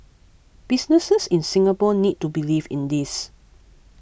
businesses in Singapore need to believe in this